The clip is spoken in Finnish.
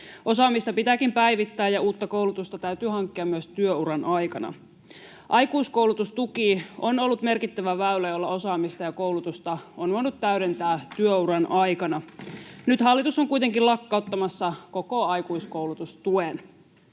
Osaamista pitääkin päivittää, ja uutta koulutusta täytyy hankkia myös työuran aikana. Aikuiskoulutustuki on ollut merkittävä väylä, jolla osaamista ja koulutusta on voinut täydentää työuran aikana. Nyt hallitus on kuitenkin lakkauttamassa koko aikuiskoulutustuen.